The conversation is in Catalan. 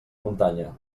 muntanya